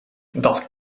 dat